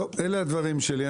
טוב, אלה הדברים שלי.